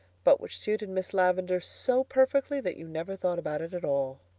but which suited miss lavendar so perfectly that you never thought about it at all.